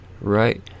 right